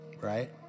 right